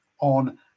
on